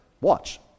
Watch